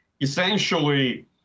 essentially